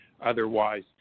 otherwise